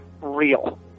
real